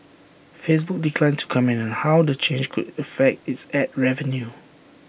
Facebook declined to comment on how the change could affect its Ad revenue